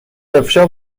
افشا